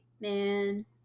Man